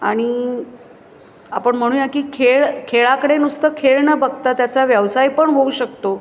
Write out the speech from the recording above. आणि आपण म्हणूया की खेळ खेळाकडे नुसतं खेळ न बघता त्याचा व्यवसाय पण होऊ शकतो